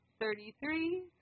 thirty-three